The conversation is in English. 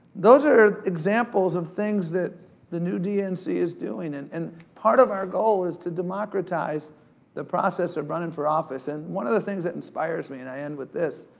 those are examples of things that the new dnc is doing. and and part of our goal is to democratize the process of running for office. and one of the things that inspires me, and i end with this,